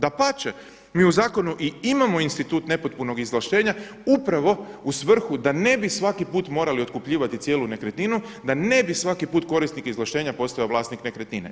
Dapače, mi u zakonu i imamo institut nepotpunog izvlaštenja upravo u svrhu da ne bi svaki put morali otkupljivati cijelu nekretninu, da ne bi svaki put korisnik izvlaštenja postajao vlasnik nekretnine.